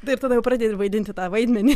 taip tada jau pradėti vaidinti tą vaidmenį